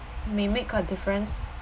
may make a difference